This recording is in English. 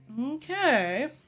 Okay